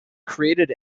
created